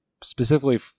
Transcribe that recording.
Specifically